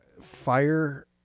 fire